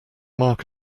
mark